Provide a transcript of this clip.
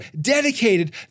dedicated